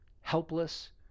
helpless